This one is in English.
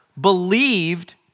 believed